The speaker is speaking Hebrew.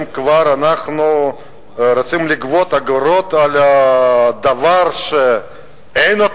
אם כבר אנחנו רוצים לגבות אגרות על דבר שאין,